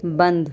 بند